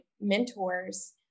mentors